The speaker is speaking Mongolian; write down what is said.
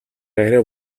арай